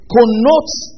Connotes